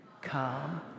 come